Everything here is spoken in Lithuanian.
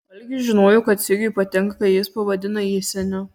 algis žinojo kad sigiui patinka kai jis pavadina jį seniu